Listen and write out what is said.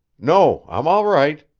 no, i'm all right,